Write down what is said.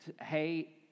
hey